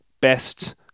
Best